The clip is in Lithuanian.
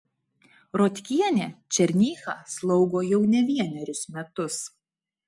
rotkienė černychą slaugo jau ne vienerius metus